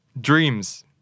Dreams